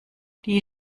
die